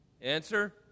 Answer